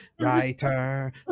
writer